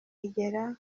igera